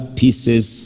pieces